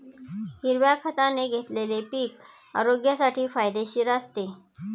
हिरव्या खताने घेतलेले पीक आरोग्यासाठी फायदेशीर असते